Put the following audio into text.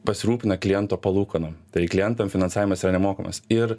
pasirūpina kliento palūkanom tai klientam finansavimas yra nemokamas ir